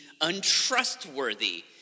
untrustworthy